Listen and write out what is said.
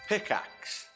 Pickaxe